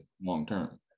long-term